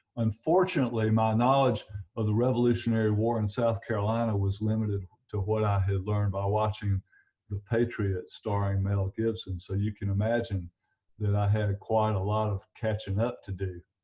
unfortunately my knowledge of the revolutionary war in south carolina was limited to what i had learned by watching the patriots starring mel gibson, so you can imagine that i had quite a lot of catching up to do,